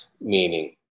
Meaning